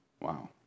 wow